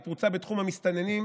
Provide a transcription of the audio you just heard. היא פרוצה בתחום המסתננים,